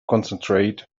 concentrate